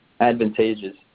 advantageous